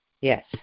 Yes